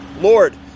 Lord